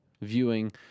viewing